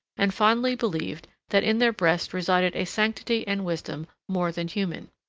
and fondly believed, that in their breasts resided a sanctity and wisdom more than human.